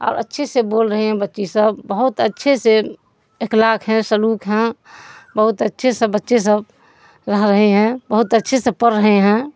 اور اچھے سے بول رہے ہیں بچی سب بہت اچھے سے اخلاق ہیں سلوک ہیں بہت اچھے سے بچے سب رہ رہے ہیں بہت اچھے سے پڑھ رہے ہیں